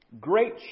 great